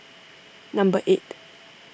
number eight